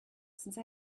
since